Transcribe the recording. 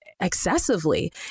excessively